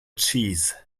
cheese